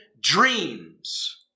dreams